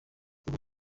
kuva